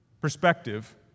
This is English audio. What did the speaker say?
perspective